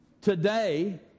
Today